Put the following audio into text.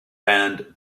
band